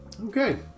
Okay